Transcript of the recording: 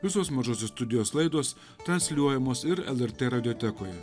visos mažosios studijos laidos transliuojamos ir lrt radiotekoje